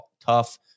tough